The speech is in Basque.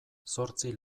zortzi